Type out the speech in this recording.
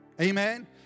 Amen